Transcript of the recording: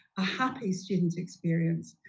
a happy student experience,